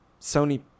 Sony